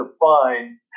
define